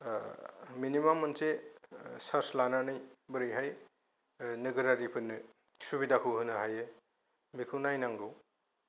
minimum मोनसे charge लानानै बोरैहाय नोगोरारि फोरनो सुबिदाखौ होनो हायो बेखौ नायनांगौ